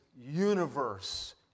universe